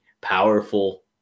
powerful